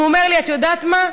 והוא אומר לי: את יודעת מה?